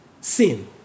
Sin